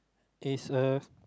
is a